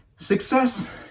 Success